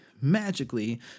magically